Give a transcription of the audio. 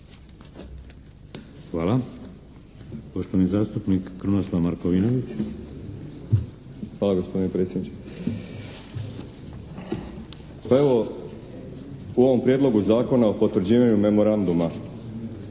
**Markovinović, Krunoslav (HDZ)** Hvala gospodine predsjedniče. Pa evo u ovom Prijedlogu zakona o potvrđivanju Memoranduma